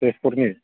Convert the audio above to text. तेजपुरनि